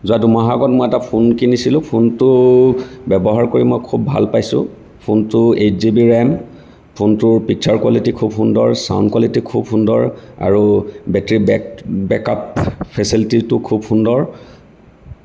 যোৱা দুমাহৰ আগত মই এটা ফোন কিনিছিলোঁ ফোনটো ব্যৱহাৰ কৰি মই খুব ভাল পাইছোঁ ফোনটো এইট জি বি ৰেম ফোনটোৰ পিকচাৰ কোৱালিটি খুব সুন্দৰ চাউণ্ড কোৱালিটি খুব সুন্দৰ আৰু বেটেৰী বেকআপ ফেচেলিটিটো খুব সুন্দৰ